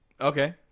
okay